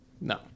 No